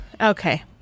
Okay